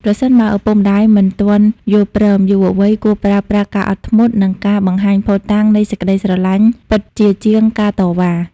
ប្រសិនបើឪពុកម្ដាយមិនទាន់យល់ព្រម យុវវ័យគួរប្រើប្រាស់ការអត់ធ្មត់ និងការបង្ហាញភស្តុតាងនៃសេចក្ដីស្រឡាញ់ពិតជាជាងការតវ៉ា។